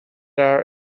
our